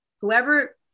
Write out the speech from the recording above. whoever